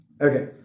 Okay